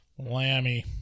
Lammy